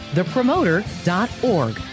thepromoter.org